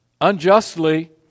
unjustly